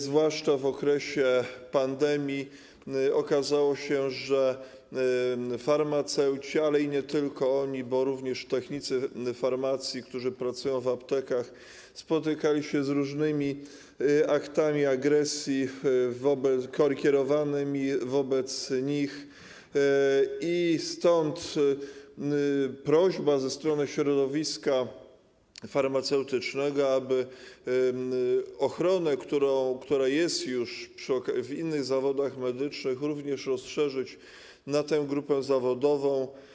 Zwłaszcza w okresie pandemii okazało się, że farmaceuci, ale nie tylko oni, bo również technicy farmacji, którzy pracują w aptekach, spotykali się z różnymi aktami agresji kierowanymi wobec nich i stąd prośba ze strony środowiska farmaceutycznego, aby ochronę, która jest już w innych zawodach medycznych, rozszerzyć na tę grupę zawodową.